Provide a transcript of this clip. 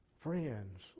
Friends